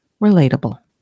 relatable